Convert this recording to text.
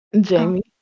Jamie